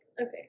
okay